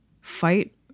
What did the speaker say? Fight